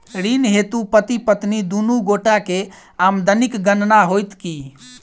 ऋण हेतु पति पत्नी दुनू गोटा केँ आमदनीक गणना होइत की?